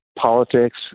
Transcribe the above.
politics